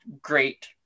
great